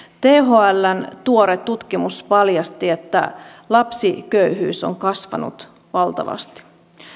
thln tuore tutkimus paljasti että lapsiköyhyys on kasvanut valtavasti